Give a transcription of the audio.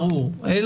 האם